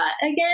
again